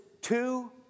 two